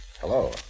Hello